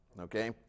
okay